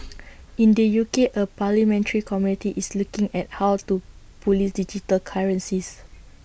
in the U K A parliamentary committee is looking at how to Police digital currencies